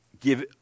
give